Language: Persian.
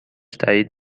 تأیید